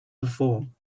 perform